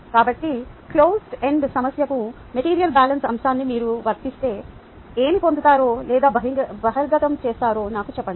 కాబట్టి closed end సమస్యకు material balance అంశాన్ని మీరు వర్తిస్తే ఏమి పొందుతారో లేదా బహిర్గతం చేస్తారో నాకు చెప్పండి